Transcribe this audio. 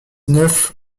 neuf